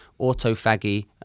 autofaggy